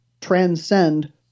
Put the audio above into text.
transcend